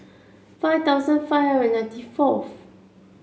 five thousand five hundred ninety fourth